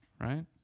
Right